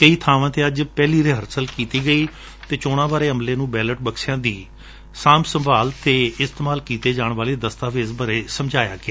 ਕਈ ਬਾਵਾਂ ਤੇ ਅੱਜ ਪਹਿਲੀ ਰਿਹਰਸਲ ਕੀਤੀ ਗਈ ਅਤੇ ਚੋਣਾਂ ਬਾਰੇ ਅਮਲੇ ਨੂੰ ਬੈਲੇਟ ਬਕਸਿਆਂ ਦੀ ਸਾਂਭ ਸੰਭਾਲ ਅਤੇ ਇਸਤੇਮਾਲ ਕੀਤੇ ਜਾਣ ਵਾਲੇ ਦਸਤਾਵੇਜ਼ਾਂ ਬਾਰੇ ਸਮਝਾਇਆ ਗਿਆ